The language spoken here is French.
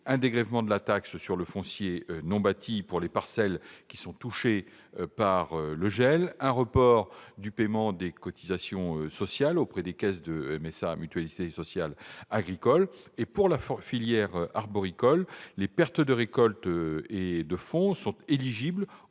un dégrèvement de la taxe sur le foncier non bâti pour les parcelles touchées par le gel ; un report du paiement des cotisations sociales auprès des caisses de mutualité sociale agricole. Pour la filière arboricole, les pertes de récolte et de fonds sont éligibles